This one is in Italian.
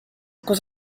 cosa